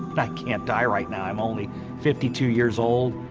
but i can't die right now. i'm only fifty two years old.